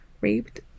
raped